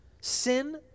sin